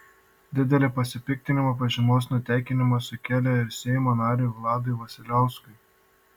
didelį pasipiktinimą pažymos nutekinimas sukėlė ir seimo nariui vladui vasiliauskui